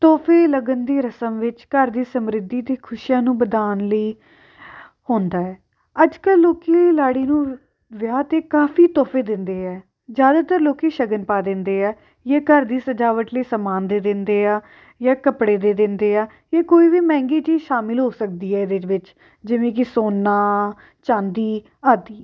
ਤੋਹਫ਼ੇ ਲਗਨ ਦੀ ਰਸਮ ਵਿੱਚ ਘਰ ਦੀ ਸਮਰਿੱਧੀ ਦੀ ਖੁਸ਼ੀਆਂ ਨੂੰ ਵਧਾਉਣ ਲਈ ਹੁੰਦਾ ਹੈ ਅੱਜ ਕੱਲ੍ਹ ਲੋਕ ਲਾੜੀ ਨੂੰ ਵਿਆਹ 'ਤੇ ਕਾਫ਼ੀ ਤੋਹਫ਼ੇ ਦਿੰਦੇ ਹੈ ਜ਼ਿਆਦਾਤਰ ਲੋਕ ਸ਼ਗਨ ਪਾ ਦਿੰਦੇ ਹੈ ਜਾਂ ਘਰ ਦੀ ਸਜਾਵਟ ਲਈ ਸਮਾਨ ਦੇ ਦਿੰਦੇ ਆ ਜਾਂ ਕੱਪੜੇ ਦੇ ਦਿੰਦੇ ਆ ਜਾਂ ਕੋਈ ਵੀ ਮਹਿੰਗੀ ਚੀਜ਼ ਸ਼ਾਮਿਲ ਹੋ ਸਕਦੀ ਹੈ ਇਹਦੇ ਵਿੱਚ ਜਿਵੇਂ ਕਿ ਸੋਨਾ ਚਾਂਦੀ ਆਦਿ